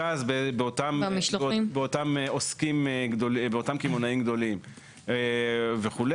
יכול להיות שתהיה הצדקה להבחין גם לעניין השימוש.